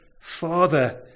Father